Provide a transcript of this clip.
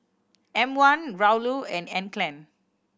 M One Raoul and Anne Klein